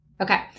Okay